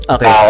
Okay